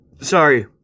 Sorry